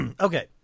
Okay